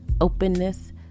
openness